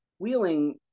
Wheeling